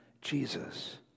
Jesus